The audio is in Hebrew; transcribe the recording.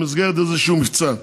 במסגרת איזשהו מבצע.